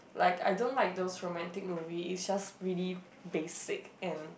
like I don't like those romantic movie it's just really basic and